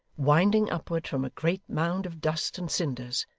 winding upward from a great mound of dust and cinders.